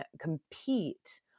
compete